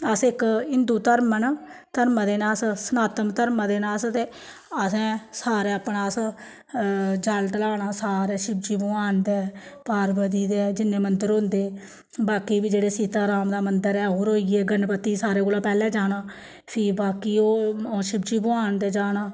अस इक हिन्दू धर्म न धर्मा दे अस सनातन धर्मा दे न अस ते असें सारे अपना अस जल ढलाना सारे शिवजी भगवान दे पार्वती दे जिन्ने मंदर होंदे बाकी बी जेह्ड़े सीता राम दा मंदर ऐ होर होई गे गणपति सारें कोला पैह्लें जाना फ्ही बाकी होर शिवजी भगवान दे जाना